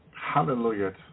Hallelujah